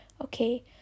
Okay